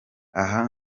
aha